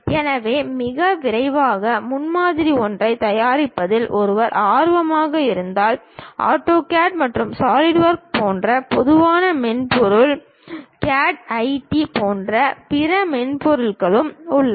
எனவே மிக விரைவான முன்மாதிரி ஒன்றைத் தயாரிப்பதில் ஒருவர் ஆர்வமாக இருந்தால் ஆட்டோகேட் மற்றும் சாலிட்வொர்க்ஸ் போன்ற பொதுவான மென்பொருள் CATIA போன்ற பிற மென்பொருள்களும் உள்ளன